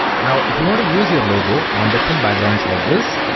now if you want to use your logo on different backgrounds like this